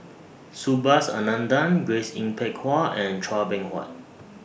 Subhas Anandan Grace Yin Peck Ha and Chua Beng Huat